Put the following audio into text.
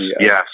Yes